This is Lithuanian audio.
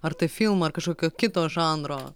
ar tai filmą ar kažkokio kito žanro